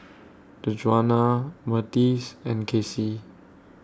Djuana Myrtis and Kacey